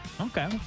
Okay